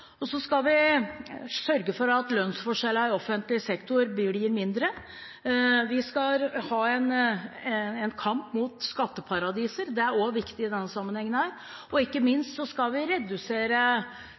skal sørge for at lønnsforskjellene i offentlig sektor blir mindre. Vi skal ha en kamp mot skatteparadiser – det er også viktig i denne sammenhengen. Ikke minst skal vi redusere kostnadene for å ha unger i barnehage og